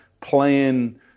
playing